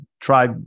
Try